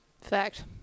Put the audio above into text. Fact